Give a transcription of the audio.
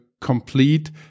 complete